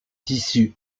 tissu